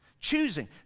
choosing